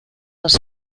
les